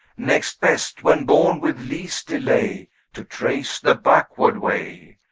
next best, when born, with least delay to trace the backward way.